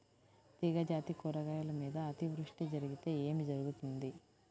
తీగజాతి కూరగాయల మీద అతివృష్టి జరిగితే ఏమి జరుగుతుంది?